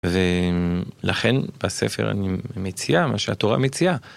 ולכן בספר אני מציע מה שהתורה מציעה.